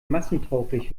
massentauglich